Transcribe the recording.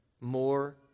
more